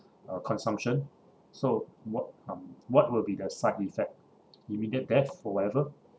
uh consumption so what uh what will be the side effect immediate death or whatever